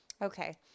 Okay